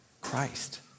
Christ